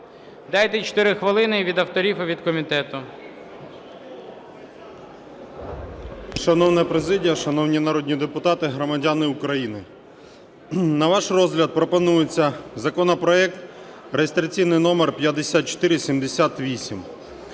Дайте 4 хвилини від авторів і від комітету. 18:12:29 ЛУБІНЕЦЬ Д.В. Шановна президія, шановні народні депутати, громадяни України! На ваш розгляд пропонується законопроект (реєстраційний номер 5478),